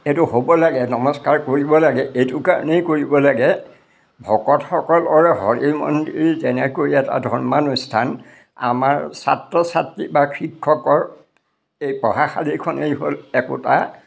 এইটো হ'ব লাগে নমস্কাৰ কৰিব লাগে এইটো কাৰণেই কৰিব লাগে ভকতসকলৰ হৰি মন্দিৰ যেনেকৈ এটা ধৰ্মানুষ্ঠান আমাৰ ছাত্ৰ ছাত্ৰী বা শিক্ষকৰ এই পঢ়াশালীখনেই হ'ল একোটা